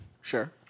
Sure